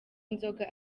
inzoga